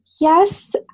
Yes